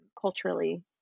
culturally